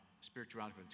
spirituality